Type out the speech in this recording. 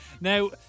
Now